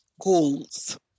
goals